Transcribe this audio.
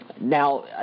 Now